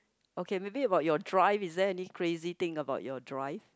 okay maybe about your drive is there any crazy thing about your drive